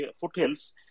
foothills